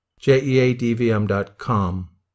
jeadvm.com